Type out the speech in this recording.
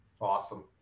Awesome